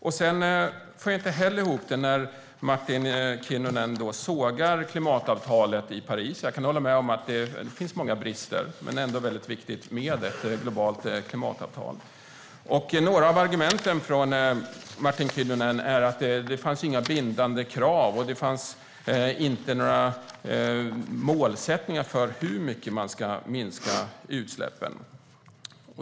Jag får inte heller ihop det när Martin Kinnunen sågar klimatavtalet i Paris. Jag kan hålla med om att det finns många brister. Men det är ändå viktigt med ett globalt klimatavtal. Några av Martin Kinnunens argument är att det inte finns några bindande krav och att det inte finns några målsättningar när det gäller hur mycket man ska minska utsläppen.